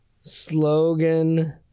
Slogan